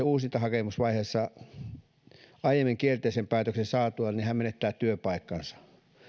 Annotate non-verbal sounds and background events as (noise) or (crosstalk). (unintelligible) uusintahakemusvaiheessa kielteisen päätöksen saatuaan hän menettää työpaikkansa